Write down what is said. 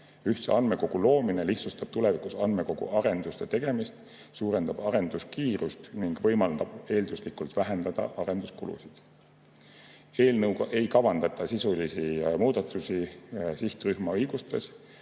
Ühtse andmekogu loomine lihtsustab tulevikus andmekogu arenduste tegemist, suurendab arenduskiirust ning võimaldab eelduslikult vähendada arenduskulusid. Eelnõuga ei kavandata sisulisi muudatusi sihtrühma õigustes